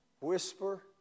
whisper